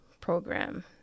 Program